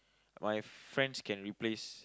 my friends can replace